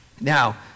Now